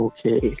Okay